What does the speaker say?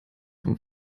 vom